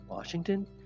Washington